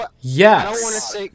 Yes